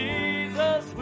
Jesus